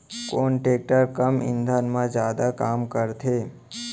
कोन टेकटर कम ईंधन मा जादा काम करथे?